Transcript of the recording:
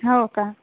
हो का